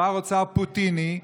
עם שר אוצר פוטיני,